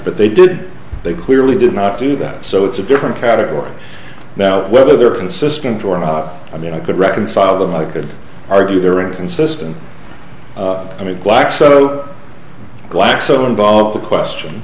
but they did they clearly did not do that so it's a different category now whether they're consistent or not i mean i could reconcile them i could argue they're inconsistent i mean glaxo glaxo involved the question